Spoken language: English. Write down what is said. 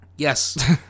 Yes